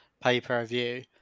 pay-per-view